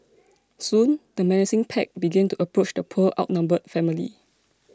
soon the menacing pack began to approach the poor outnumbered family